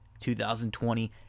2020